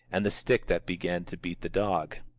and the stick that began to beat the dog.